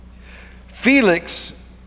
Felix